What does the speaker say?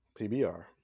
PBR